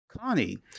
Connie